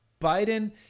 Biden